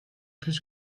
plus